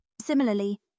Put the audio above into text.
Similarly